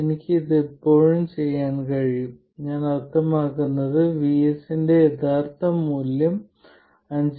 എനിക്ക് ഇത് എപ്പോഴും ചെയ്യാൻ കഴിയും ഞാൻ അർത്ഥമാക്കുന്നത് VS ന്റെ യഥാർത്ഥ മൂല്യം 5